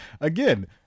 again